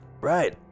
Right